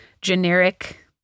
generic